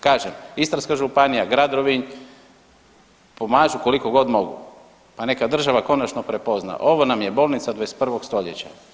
Kažem Istarska županija, grad Rovinj pomažu koliko god mogu, pa neka država konačno prepozna, ovo nam je bolnica 21. stoljeća.